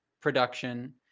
production